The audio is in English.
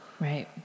right